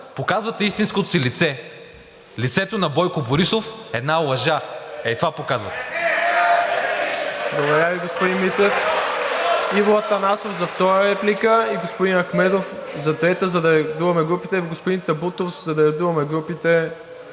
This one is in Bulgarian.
Показвате истинското си лице – лицето на Бойко Борисов. Една лъжа – ето това показвате!